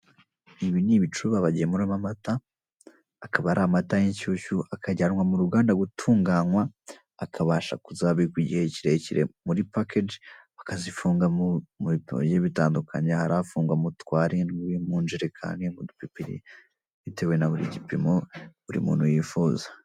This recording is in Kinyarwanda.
Ibi ni ibicuba bagemuramo amata, akaba ari amata y'inshyushyu akajyanwa mu ruganda gutunganywa, akabasha kuzabikwa igihe kirekire muri pakeji, bakazifunga mu bipimo bigiye bitandukanye. Hari afungwa mu tw'arindwi, injerekani, mu dupipiri bitewe na buri gipimo buri muntu yifuza.